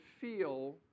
feel